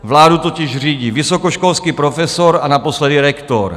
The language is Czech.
Vládu totiž řídí vysokoškolský profesor a naposledy rektor.